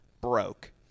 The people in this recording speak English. broke